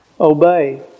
Obey